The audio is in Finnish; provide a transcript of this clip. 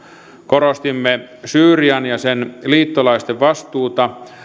korostimme syyrian ja sen liittolaisten vastuuta